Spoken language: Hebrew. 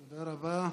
תודה רבה.